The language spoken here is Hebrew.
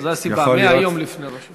זה הסיבה: 100 יום לפני ראש השנה.